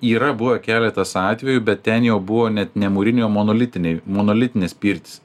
yra buvę keletas atvejų bet ten jau buvo net ne mūriniai o monolitiniai monolitinės pirtys